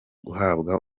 guhabwa